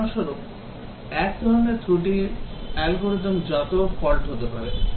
উদাহরণস্বরূপ এক ধরণের ত্রুটি অ্যালগরিদম জাত ফল্ট হতে পারে